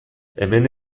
hemen